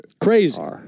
Crazy